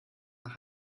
nach